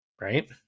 right